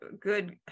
good